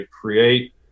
create